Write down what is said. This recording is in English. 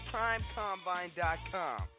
PrimeCombine.com